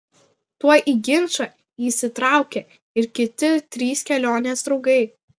tuoj į ginčą įsitraukė ir kiti trys kelionės draugai